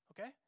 Okay